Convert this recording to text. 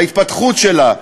להתפתחות שלה,